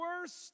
worst